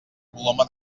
coloma